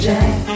Jack